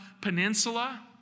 Peninsula